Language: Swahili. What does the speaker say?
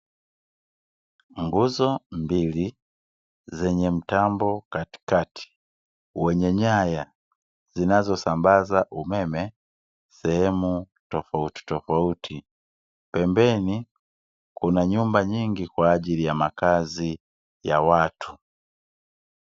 Nguzo mbili zenye mtambo katikati wenye nyaya zinazosambaza umeme sehemu tofautitofauti. Pembeni kuna nyumba nyingi kwa ajili ya makazi ya watu.